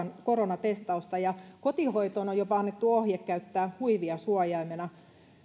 koronatestausta ja kotihoitoon on jopa annettu ohje käyttää huivia suojaimena